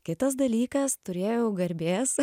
kitas dalykas turėjau garbės